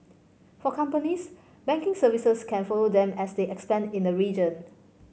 for companies banking services can follow them as they expand in the region